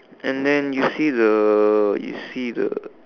and then you see the you see the